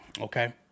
Okay